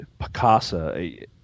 Picasa